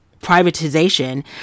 privatization